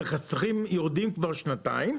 המכסים יורדים כבר שנתיים,